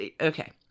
okay